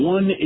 One